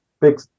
Big